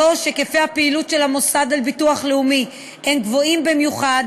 3. היקפי הפעילות של המוסד לביטוח לאומי הם גבוהים במיוחד